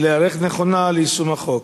להיערך נכונה ליישום החוק.